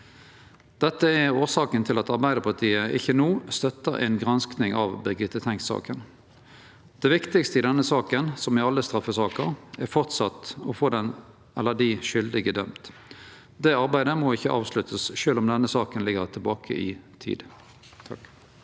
Dette er årsaka til at Arbeidarpartiet ikkje no støttar ei gransking av Birgitte Tengs-saka. Det viktigaste i denne saka, som i alle straffesaker, er framleis å få den eller dei skuldige dømt. Det arbeidet må ikkje avsluttast, sjølv om denne saka ligg tilbake i tid. Terje